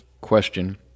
question